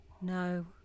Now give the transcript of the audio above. No